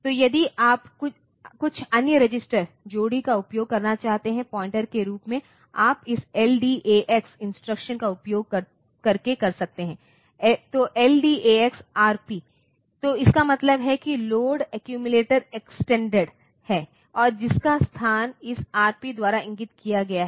तो यदि आप कुछ अन्य रजिस्टर जोड़ी का उपयोग करना चाहते हैं पॉइंटर के रूप में आप इस LDAX इंस्ट्रक्शन का उपयोग करके कर सकते हैं तो LDAX Rp तो इसका मतलब है कि लोड एक्यूमिलेटर एक्सटेंडेड है और जिसका स्थान इस Rp द्वारा इंगित किया गया है